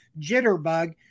jitterbug